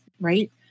right